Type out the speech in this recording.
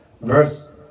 verse